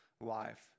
life